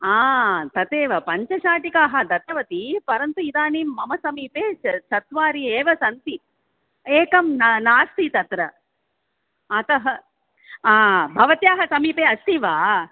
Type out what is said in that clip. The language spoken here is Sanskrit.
हा तदेव पञ्चशाटिकाः दत्तवती परन्तु इदानीं मम समीपे चत्वारि एव सन्ति एकं ना नास्ति तत्र अतः हा भवत्याः समीपे अस्ति वा